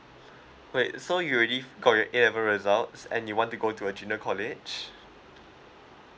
wait so you already got your A level result and you want to go to a junior college